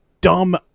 dumb